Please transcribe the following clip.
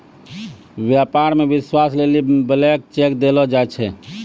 व्यापारो मे विश्वास लेली ब्लैंक चेक देलो जाय छै